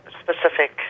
specific